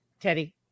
Teddy